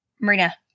Marina